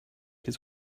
his